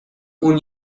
اون